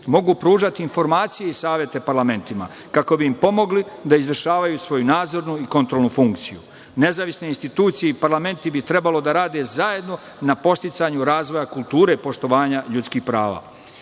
mogu pružati informacije i savete parlamentima kako bi im pomogli da izvršavaju svoju nadzornu i kontrolnu funkciju. Nezavisne institucije i parlamenti bi trebalo da rade zajedno na podsticanju razvoja kulture poštovanja ljudskih prava. Ovde